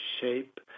shape